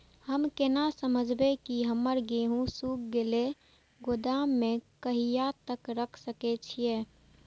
हम केना समझबे की हमर गेहूं सुख गले गोदाम में कहिया तक रख सके छिये?